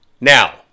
Now